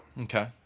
okay